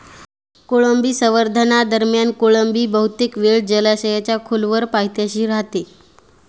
कोळंबी संवर्धनादरम्यान कोळंबी बहुतेक वेळ जलाशयाच्या खोलवर पायथ्याशी राहते